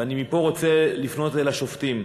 ואני מפה רוצה לפנות אל השופטים: